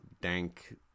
dank